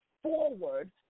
forward